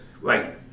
right